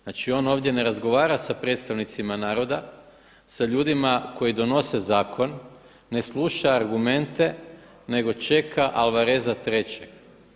Znači on ovdje ne razgovara sa predstavnicima naroda, sa ljudima koji donose zakon, ne sluša argumente nego čeka Alvareza III.